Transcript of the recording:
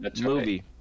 movie